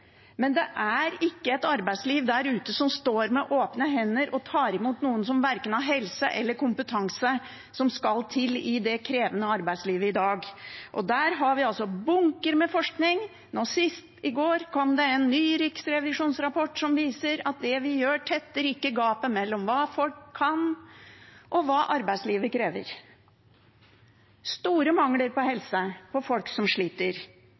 Men det er ikke et arbeidsliv der ute som står med åpne hender og tar imot noen som verken har helsen eller kompetansen som skal til i det krevende arbeidslivet som er i dag. Vi har altså bunker med forskning, sist i går kom det en ny riksrevisjonsrapport, som viser at det vi gjør, ikke tetter gapet mellom hva folk kan, og hva arbeidslivet krever. Det er store mangler innen helse, det er folk som sliter.